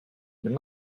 wenn